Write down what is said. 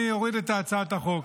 אני אוריד את הצעת החוק.